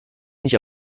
nicht